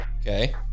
Okay